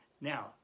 Now